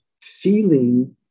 feeling